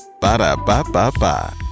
Ba-da-ba-ba-ba